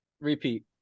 Repeat